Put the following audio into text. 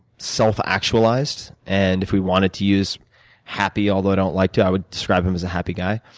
self-actualized, and if we wanted to use happy although, i don't like to i would describe him as a happy guy.